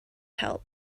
help